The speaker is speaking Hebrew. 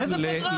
איזו פגרה?